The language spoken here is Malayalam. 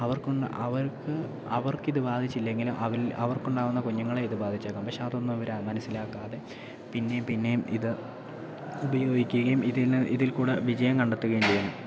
അവർക്ക് അവർക്ക് അവർക്കിത് ബാധിച്ചില്ലെങ്കിലും അവർക്കുണ്ടാവുന്ന കുഞ്ഞുങ്ങളെ ഇത് ബാധിച്ചേക്കാം പക്ഷേ അതൊന്നും ഇവർ മനസ്സിലാക്കാതെ പിന്നെയും പിന്നെയും ഇത് ഉപയോഗിക്കുകയും ഇതിൽനിന്ന് ഇതിൽകൂടെ വിജയം കണ്ടെത്തുകയും ചെയ്യുന്നു